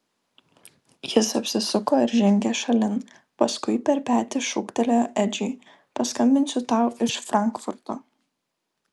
jis apsisuko ir žengė šalin paskui per petį šūktelėjo edžiui paskambinsiu tau iš frankfurto